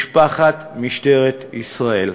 משפחת משטרת ישראל.